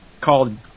called